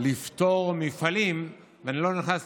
לפטור מפעלים, ואני לא נכנס